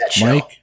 Mike